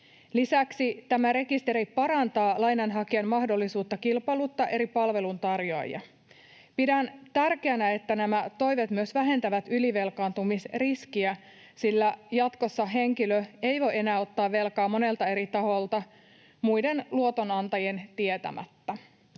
Lisäksi tämä rekisteri parantaa lainanhakijan mahdollisuutta kilpailuttaa eri palveluntarjoajia. Pidän tärkeänä, että nämä toiveet myös vähentävät ylivelkaantumisriskiä, sillä jatkossa henkilö ei voi enää ottaa velkaa monelta eri taholta muiden luotonantajien tietämättä.